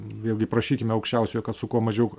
vėlgi prašykime aukščiausiojo kad su kuo mažiau